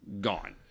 gone